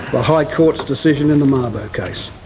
the high court's decision in the mabo case.